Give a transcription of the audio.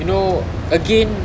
you know again